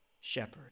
shepherd